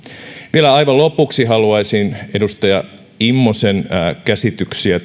vielä aivan lopuksi haluaisin oikoa edustaja immosen käsityksiä